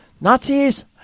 Nazis